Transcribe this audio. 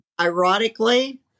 ironically